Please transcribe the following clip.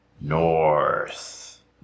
north